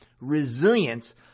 resilience